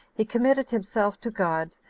he committed himself to god,